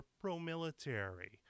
pro-military